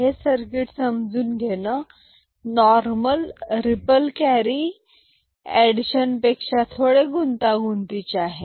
हे सर्किट समजून घेणं नॉर्मल रीपल कॅरी एडिशन पेक्षा थोडे गुंतागुंतीचे आहे